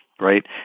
right